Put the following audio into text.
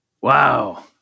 Wow